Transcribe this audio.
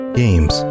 games